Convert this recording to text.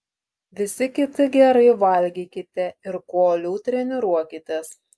visi kiti gerai valgykite ir kuo uoliau treniruokitės